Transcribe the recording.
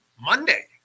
Monday